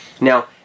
Now